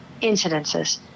incidences